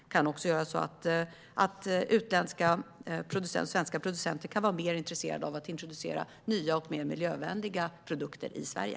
Det kan också göra att utländska och svenska producenter kan vara mer intresserade av att introducera nya och mer miljövänliga produkter i Sverige.